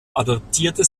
adoptierte